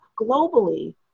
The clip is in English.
globally